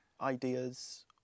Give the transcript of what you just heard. ideas